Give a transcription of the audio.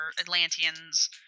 Atlanteans